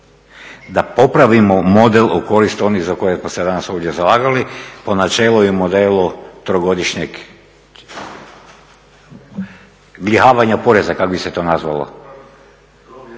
da popravimo model u korist onih za koje smo se danas ovdje zalagali po načelu i modelu trogodišnjeg … poreza kak bi se to nazvalo,